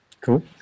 Cool